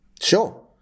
Sure